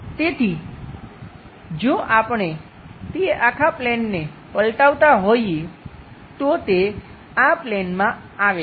તેથી જો આપણે તે આખા પ્લેનને પલટાવતા હોઈએ તો તે આ પ્લેનમાં આવે છે